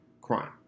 crime